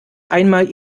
einmal